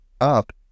up